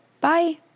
Bye